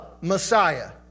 Messiah